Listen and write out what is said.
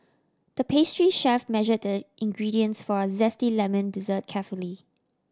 the pastry chef measured the ingredients for a zesty lemon dessert carefully